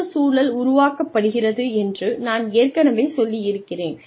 ஒத்த சூழல் உருவாக்கப்படுகிறது என்று நான் ஏற்கனவே சொல்லி இருக்கிறேன்